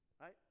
Right